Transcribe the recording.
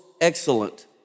Excellent